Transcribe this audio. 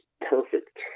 perfect